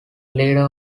leader